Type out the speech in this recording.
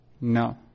No